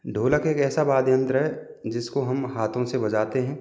ढोलक एक ऐसा वाद्य यंत्र है जिसको हम हाथों से बजाते हैं